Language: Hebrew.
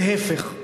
להיפך,